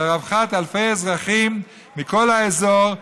לרווחת אלפי אזרחים מכל האזור,